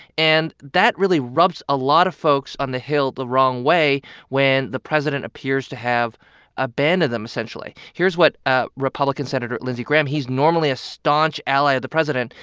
and that really rubs a lot of folks on the hill the wrong way when the president appears to have abandoned them, essentially. here's what ah republican senator lindsey graham he's normally a staunch ally of the president.